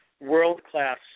world-class